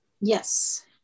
yes